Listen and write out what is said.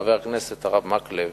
חבר הכנסת הרב מקלב,